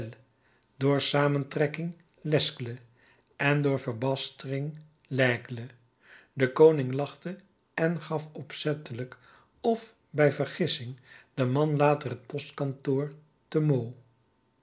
door samentrekking lesgle en door verbastering l'aigle de koning lachte en gaf opzettelijk of bij vergissing den man later het postkantoor te